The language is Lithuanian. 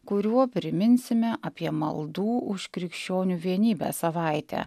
kuriuo priminsime apie maldų už krikščionių vienybę savaitę